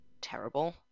terrible